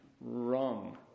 wrong